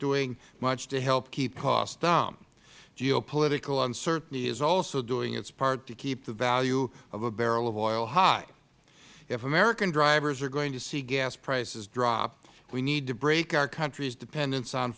doing much to help keep costs down geo political uncertainty is also doing its part to keep the value of a barrel of oil high if american drivers are going to see gas prices drop we need to break our country's dependence on